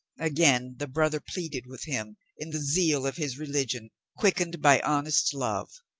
again the brother pleaded with him in the zeal of his religion, quickened by honest love.